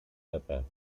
rapper